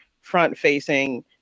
front-facing